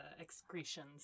excretions